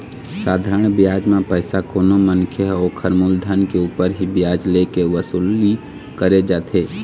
साधारन बियाज म पइसा कोनो मनखे ह ओखर मुलधन के ऊपर ही बियाज ले के वसूली करे जाथे